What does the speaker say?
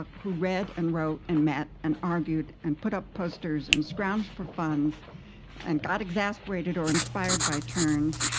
ah who read and wrote and met and argued and put up posters and scrounged for funds and got exasperated or inspired by turns,